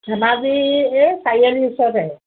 ধেমাজি এই চাৰিআলি ওচৰতে